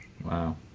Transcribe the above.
Wow